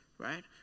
right